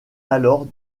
alors